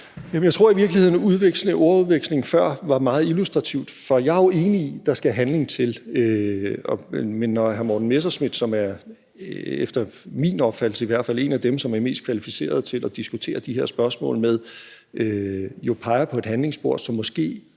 jeg tror egentlig, at ordudvekslingen før var meget illustrativ, for jeg er jo enig i, at der skal handling til. Men når hr. Morten Messerschmidt, som efter min opfattelse i hvert fald er en af dem, som er mest kvalificeret at diskutere de her spørgsmål med, jo peger på et handlingsspor, som måske